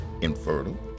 infertile